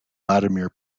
vladimir